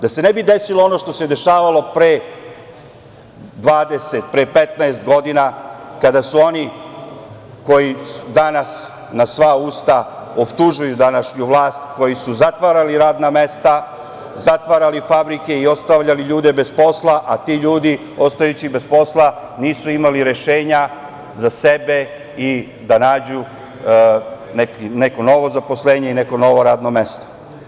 Da se ne bi desilo ono što se dešavalo pre 20, 15 godina kada su oni koji danas na sva usta optužuju današnju vlast koji su zatvarali radna mesta, zatvarali fabrike i ostavljali ljude bez posla, a ti ljudi ostajući bez posla nisu imali rešenja za sebe da nađu neko novo zaposlenje i neko novo radno mesto.